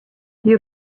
you